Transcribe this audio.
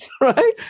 right